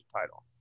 title